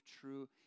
true